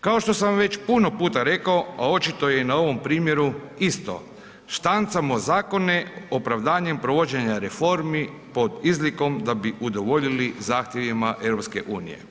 Kao što sam već puno puta rekao, a očito je na ovom primjeru isto, štancamo zakone opravdanjem provođenja reformi pod izlikom da bi udovoljili zahtjevima EU.